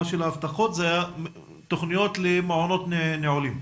של ההבטחות זה היה תוכניות למעונות נעולים?